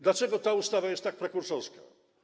Dlaczego ta ustawa jest tak prekursorska?